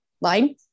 line